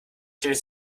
stelle